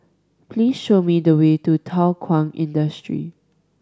please show me the way to Thow Kwang Industry